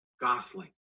Gosling